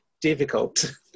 difficult